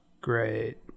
great